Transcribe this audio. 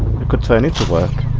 could turn into work